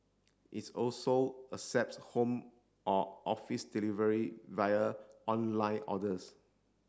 is also accepts home or office delivery via online orders